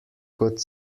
kot